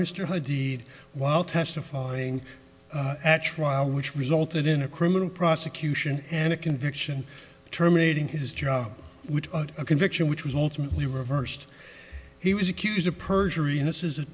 mr hyde dede while testifying at trial which resulted in a criminal prosecution and a conviction terminating his job with a conviction which was ultimately reversed he was accused of perjury and this is a